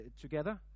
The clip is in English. together